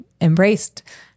embraced